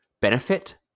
benefit